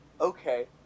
Okay